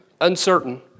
Uncertain